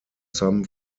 some